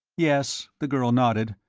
yes. the girl nodded.